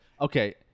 Okay